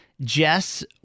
Jess